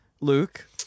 Luke